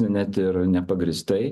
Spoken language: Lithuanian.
net ir nepagrįstai